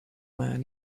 man